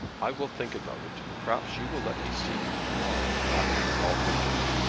i will think about it and perhaps you will let me see you to-morrow, after we all come in.